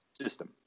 system